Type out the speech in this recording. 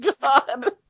God